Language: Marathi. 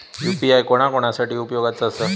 यू.पी.आय कोणा कोणा साठी उपयोगाचा आसा?